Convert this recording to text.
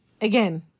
again